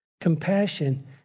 Compassion